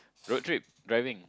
road trip driving